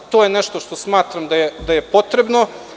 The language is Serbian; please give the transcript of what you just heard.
To je nešto što smatram da je potrebno.